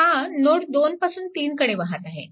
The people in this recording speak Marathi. हा नोड 2 पासून 3 कडे वाहत आहे